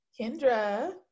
Kendra